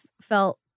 felt